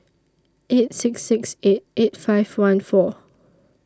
eight six six eight eight five one four